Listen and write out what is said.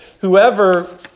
Whoever